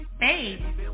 Hey